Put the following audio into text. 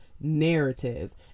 narratives